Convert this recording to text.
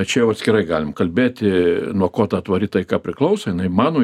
čia jau atskirai galim kalbėti nuo ko ta tvari taika priklauso jinai mano